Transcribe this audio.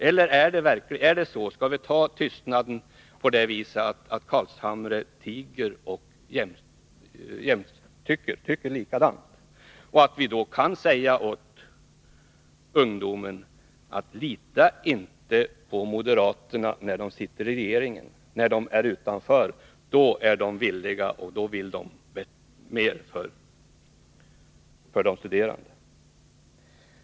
Eller skall vi fatta tystnaden så, att Nils Carlshamre tiger och samtycker? Kan vi då säga till ungdomarna: Lita inte på moderaterna när de sitter i regeringen, utanför är de villiga att göra mer för de studerande.